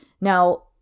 Now